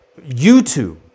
YouTube